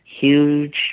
huge